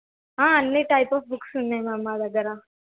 అన్నీ type of books ఉన్నాయి ma'am మా దగ్గర